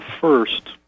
first